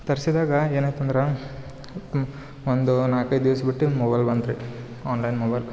ತರ್ಸಿದಾಗ ಏನಾಯ್ತು ಅಂದ್ರೆ ಒಂದು ನಾಲ್ಕೈದು ದಿವ್ಸ ಬಿಟ್ಟು ಮೊಬೈಲ್ ಬಂತು ರೀ ಆನ್ಲೈನ್ ಮೂಲಕ